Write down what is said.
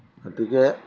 গতিকে